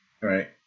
right